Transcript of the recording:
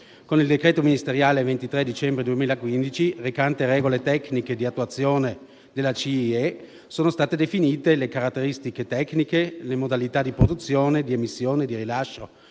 Con il decreto ministeriale 23 dicembre 2015 recante regole tecniche di attuazione della CIE sono state definite le caratteristiche tecniche, le modalità di produzione, di emissione, di rilascio